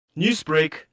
Newsbreak